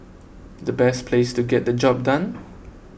the best place to get the job done